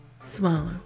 swallow